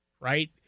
right